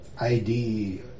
ID